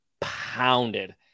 pounded